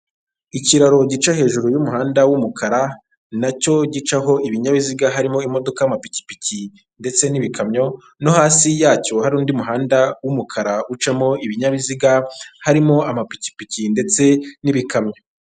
Ikiraro gica hejuru y'umuhanda w'umukara nacyo gicaho ibinyabiziga harimo imodoka, amapikipiki ndetse n'ibikamyo, no hasi yacyo hari undi muhanda w'umukara ucamo ibinyabiziga harimo amapikipiki ndetse n'ibikamyo.